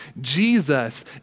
Jesus